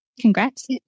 Congrats